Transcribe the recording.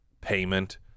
payment